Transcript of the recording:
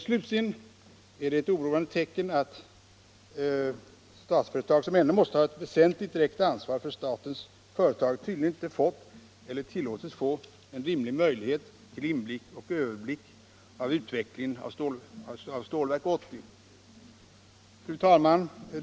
Slutligen är det ett oroande tecken att Statsföretag, som ändå måste ha ett väsentligt direkt ansvar för statens företag, tydligen inte fått eller tillåtits få en rimlig möjlighet till inblick i och överblick över utvecklingen av Stålverk 80. Fru talman!